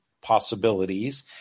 possibilities